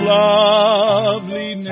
lovely